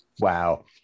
Wow